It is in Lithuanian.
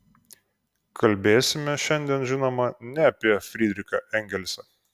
kalbėsime šiandien žinoma ne apie frydrichą engelsą